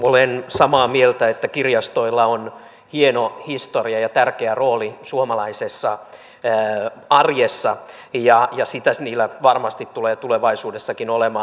olen samaa mieltä että kirjastoilla on hieno historia ja tärkeä rooli suomalaisessa arjessa ja sitä niillä varmasti tulee tulevaisuudessakin olemaan